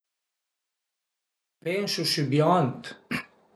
Pensu sübiant